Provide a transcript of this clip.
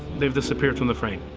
they've disappeared from the frame!